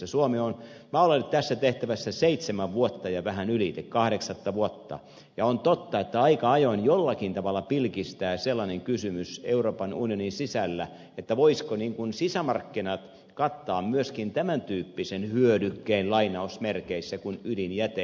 minä olen ollut tässä tehtävässä seitsemän vuotta ja vähän ylikin kahdeksatta vuotta ja on totta että aika ajoin jollakin tavalla pilkistää sellainen kysymys euroopan unionin sisällä voisivatko sisämarkkinat kattaa myöskin tämän tyyppisen hyödykkeen kuin ydinjäte